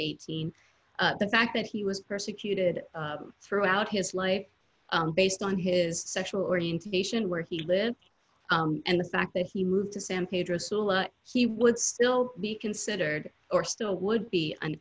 eighteen the fact that he was persecuted throughout his life based on his sexual orientation where he lived and the fact that he moved to san pedro sula he would still be considered or still would be an